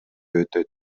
өтөт